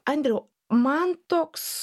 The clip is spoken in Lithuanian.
andriau man toks